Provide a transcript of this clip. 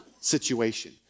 situation